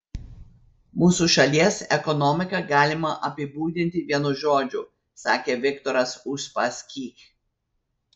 mūsų šalies ekonomiką galima apibūdinti vienu žodžiu sakė viktoras uspaskich